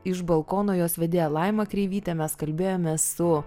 iš balkono jos vedėja laima kreivytė mes kalbėjomės su